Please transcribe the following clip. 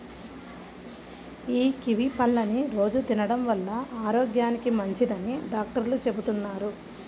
యీ కివీ పళ్ళని రోజూ తినడం వల్ల ఆరోగ్యానికి మంచిదని డాక్టర్లు చెబుతున్నారు